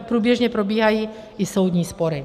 Průběžně probíhají i soudní spory.